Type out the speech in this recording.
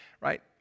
Right